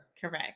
Correct